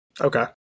Okay